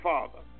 Father